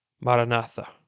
Maranatha